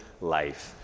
life